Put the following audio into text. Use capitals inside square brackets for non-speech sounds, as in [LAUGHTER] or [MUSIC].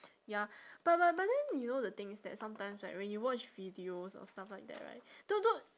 [NOISE] ya but but but then you know the thing is that sometimes right when you watch videos of stuff like that right don't don't